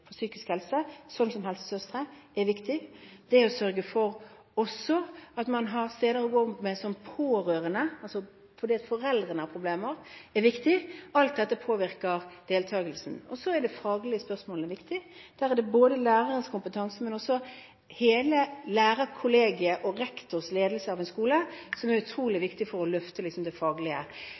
helse, som helsesøstre, er viktig. Også det å sørge for at man har steder å gå til som pårørende, fordi foreldrene har problemer, er viktig. Alt dette påvirker deltakelsen. Så er de faglige spørsmålene viktige. Både lærerens kompetanse, hele lærerkollegiet og rektors ledelse av en skole er utrolig viktig for å løfte det faglige.